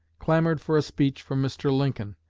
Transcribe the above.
clamored for a speech from mr. lincoln,